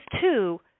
two –